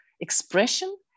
expression